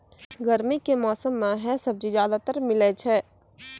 गर्मी के मौसम मं है सब्जी ज्यादातर मिलै छै